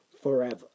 forever